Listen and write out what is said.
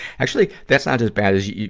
actually, that's not as bad as you,